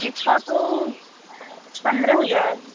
इसका तो पन्द्रह हज़ार